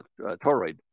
toroid